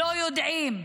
לא יודעים.